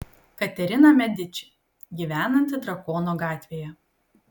katerina mediči gyvenanti drakono gatvėje